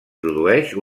produeix